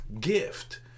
gift